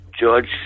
George